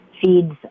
feeds